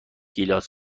گیلاس